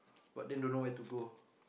but then don't know where to go